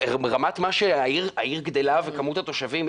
שהעיר גדלה בכמות התושבים,